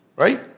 Right